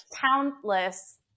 countless